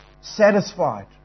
satisfied